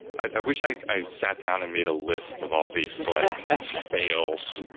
i wish i i sat down and made a list of all these slight fails,